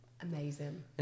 Amazing